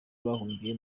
bahungiye